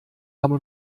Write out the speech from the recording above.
haben